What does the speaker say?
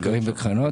מחקרים וקרנות,